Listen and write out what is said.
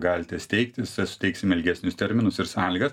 galite steigti sa suteiksime ilgesnius terminus ir sąlygas